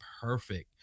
perfect